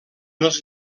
els